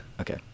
Okay